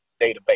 database